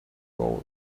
gold